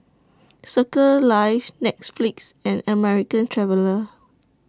Circles Life Netflix and American Traveller